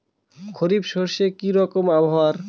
খরিফ শস্যে কি রকম আবহাওয়ার?